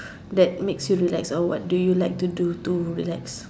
that makes you relax or what do you like to do to relax